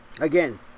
Again